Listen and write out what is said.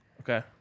Okay